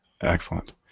Excellent